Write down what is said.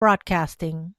broadcasting